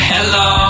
Hello